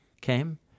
came